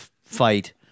fight